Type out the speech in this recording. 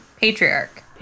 patriarch